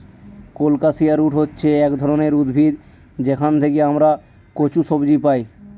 colocasia root হচ্ছে এক ধরনের উদ্ভিদ যেখান থেকে আমরা কচু সবজি পাই